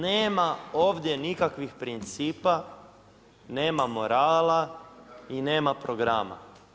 Nema ovdje nikakvih principa, nema morala i nema programa.